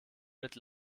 mit